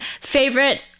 Favorite